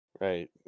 Right